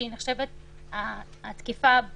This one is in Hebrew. מה